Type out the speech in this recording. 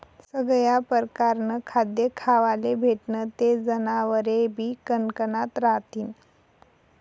सगया परकारनं खाद्य खावाले भेटनं ते जनावरेबी कनकनात रहातीन